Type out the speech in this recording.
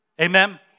Amen